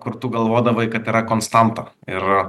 kur tu galvodavai kad yra konstanta ir